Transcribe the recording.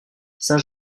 saint